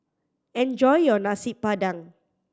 enjoy your Nasi Padang